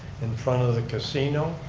in front of the casino.